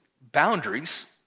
boundaries